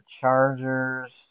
Chargers